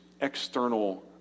external